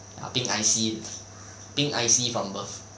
ya pink I_C pink I_C from birth